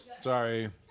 Sorry